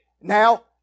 Now